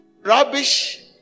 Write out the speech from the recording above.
rubbish